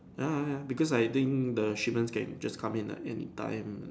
ya ya ya because I think the shipment can just come in like in time